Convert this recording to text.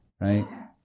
Right